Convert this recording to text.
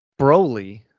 broly